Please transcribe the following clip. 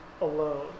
alone